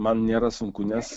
nėra sunku nes